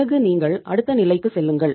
பிறகு நீங்கள் அடுத்த நிலைக்கு செல்லுங்கள்